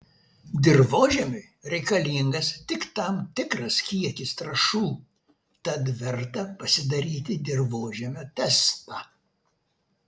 dirvožemiui reikalingas tik tam tikras kiekis trąšų tad verta pasidaryti dirvožemio testą